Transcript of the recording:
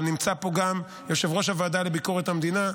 אבל נמצא פה גם יושב-ראש הוועדה לביקורת המדינה,